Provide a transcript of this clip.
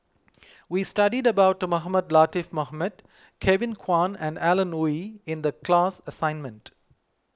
we studied about Mohamed Latiff Mohamed Kevin Kwan and Alan Oei in the class assignment